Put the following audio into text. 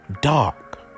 dark